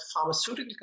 pharmaceutical